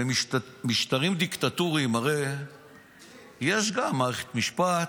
במשטרים דיקטטוריים הרי יש גם מערכת משפט,